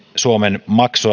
suomen